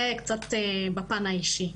זה היה קצת בפן האישי.